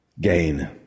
gain